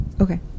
Okay